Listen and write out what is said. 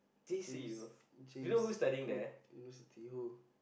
James James-Cook-University who